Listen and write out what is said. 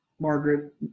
Margaret